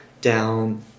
down